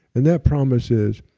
and that promise is,